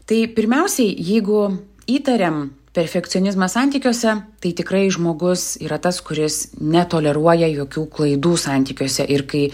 tai pirmiausiai jeigu įtariam perfekcionizmą santykiuose tai tikrai žmogus yra tas kuris netoleruoja jokių klaidų santykiuose ir kai